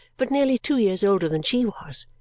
but nearly two years older than she was.